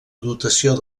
dotació